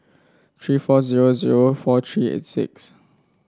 three four zero zero four three eight six